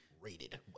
rated